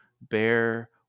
bear